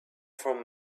from